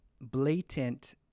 blatant